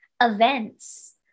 events